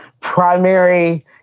primary